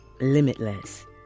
limitless